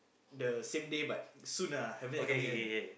the same day but soon ah haven't yet come yet